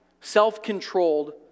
self-controlled